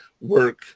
work